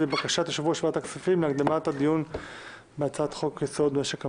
ובקשת יושב-ראש ועדת הכספים להקדמת הדיון בהצעת חוק-יסוד: משק המדינה.